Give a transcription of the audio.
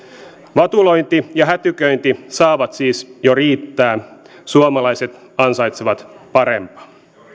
vatulointi ja hätiköinti saavat siis jo riittää suomalaiset ansaitsevat parempaa